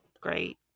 Great